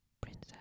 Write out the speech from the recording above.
Princess